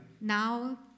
now